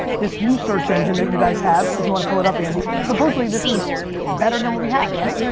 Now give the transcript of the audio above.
this new search engine that you guys have, if you wanna pull it up andy. supposedly this is better than what we had, right?